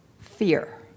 fear